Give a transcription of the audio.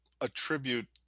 attribute